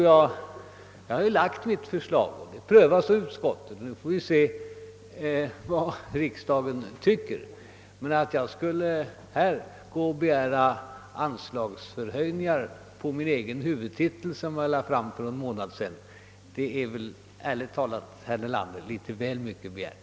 Jag har lagt fram mitt förslag och det prövas av utskott. Nu får vi se vad riksdagen tycker. Att jag här skulle kräva anslagsförhöjningar på min egen huvudtitel, som jag lade fram för en månad sedan är, ärligt talat herr Nelander, litet väl mycket begärt.